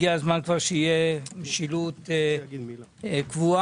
הגיע הזמן שתהיה משילות קבועה.